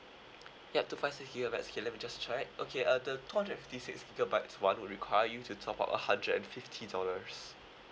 yup two five six gigabytes okay let me just check okay uh the two hundred and fifty six gigabytes [one] would require you to top up a hundred and fifty dollars